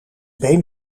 been